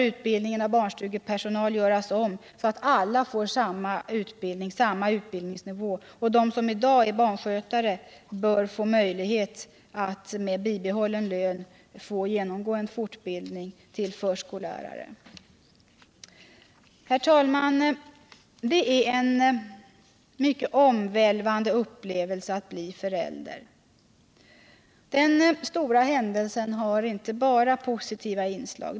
Utbildningen av barnstugepersonal bör därför göras om, så att alla får samma utbildningsnivå, och de som i dag är barnskötare bör få möjlighet att med bibehållen lön genomgå fortbildning till förskollärare. Herr talman! Det är en mycket omvälvande upplevelse att bli förälder. Den stora händelsen har inte bara positiva inslag.